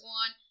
one